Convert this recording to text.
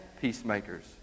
peacemakers